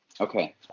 Okay